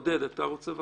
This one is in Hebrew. עודד, אתה רוצה?